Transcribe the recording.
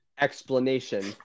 explanation